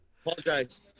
Apologize